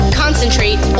concentrate